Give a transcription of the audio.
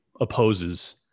Opposes